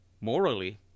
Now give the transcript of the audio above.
morally